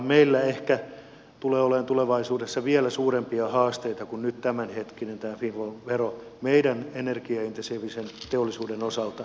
meillä ehkä tulee olemaan tulevaisuudessa vielä suurempia haasteita kuin nyt tämä tämänhetkinen windfall vero meidän energiaintensiivisen teollisuuden osalta